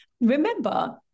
Remember